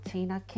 Tina